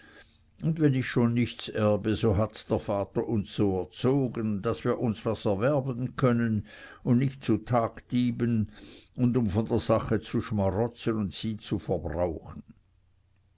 und wenn ich schon nichts erbe so hat der vater uns so erzogen daß wir uns was erwerben können und nicht zu tagdieben und um von seiner sache zu schmarotzen und sie zu verbrauchen